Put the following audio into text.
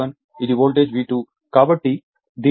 కాబట్టి దీని అర్థం ఈ వోల్టేజ్ V1 V2